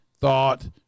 thought